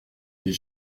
des